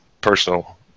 personal